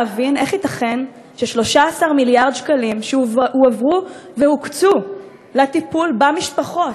להבין איך ייתכן ש-13 מיליארד שקלים שהועברו והוקצו לטיפול במשפחות,